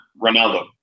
Ronaldo